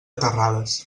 terrades